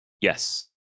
yes